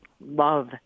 love